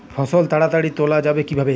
ফসল তাড়াতাড়ি তোলা যাবে কিভাবে?